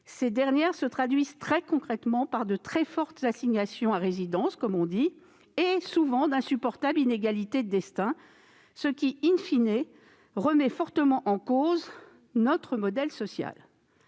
ces dernières se traduisent très concrètement par de très fortes assignations à résidence et d'insupportables inégalités de destins, ce qui remet fortement en cause notre modèle social.